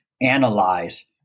analyze